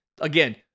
again